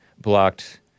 blocked